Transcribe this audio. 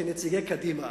כנציגי קדימה,